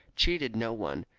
cheated no one,